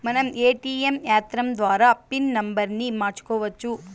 మనం ఏ.టీ.యం యంత్రం ద్వారా పిన్ నంబర్ని మార్చుకోవచ్చు